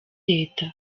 leta